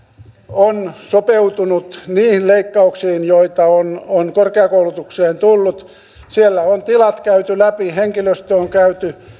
on sopeutunut niihin leikkauksiin joita on on korkeakoulutukseen tullut siellä on tilat käyty läpi henkilöstö on käyty